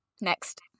next